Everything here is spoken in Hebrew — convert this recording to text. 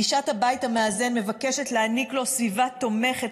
גישת הבית המאזן מבקשת להעניק לו סביבה תומכת,